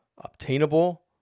obtainable